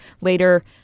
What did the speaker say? later